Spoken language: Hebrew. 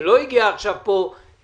זה לא הגיע עכשיו מאלסקה.